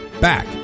back